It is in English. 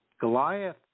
Goliath